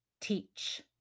teach